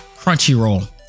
Crunchyroll